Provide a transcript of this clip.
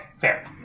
fair